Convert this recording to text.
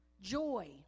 joy